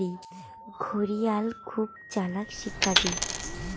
ঘড়িয়াল খুব চালাক শিকারী